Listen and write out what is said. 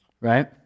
Right